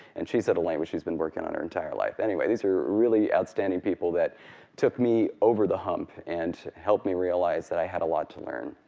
and she's had a language she's been working on her entire life. anyway, these are really outstanding people that took me over the hump and helped me realize that i had a lot to learn.